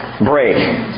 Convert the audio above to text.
break